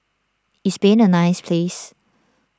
is Spain a nice place